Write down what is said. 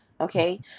okay